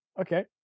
okay